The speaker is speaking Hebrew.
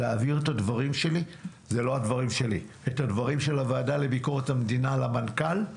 להעביר את הדברים של הוועדה לביקורת המדינה למנכ"ל.